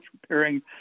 preparing